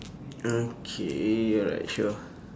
okay alright sure